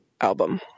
album